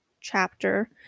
chapter